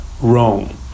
wrong